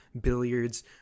billiards